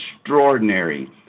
extraordinary